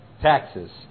Taxes